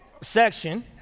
section